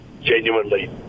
genuinely